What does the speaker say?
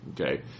Okay